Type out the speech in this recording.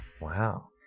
Wow